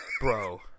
Bro